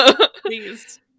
please